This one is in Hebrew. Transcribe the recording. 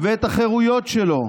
ואת החירויות שלו.